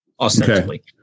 ostensibly